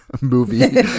movie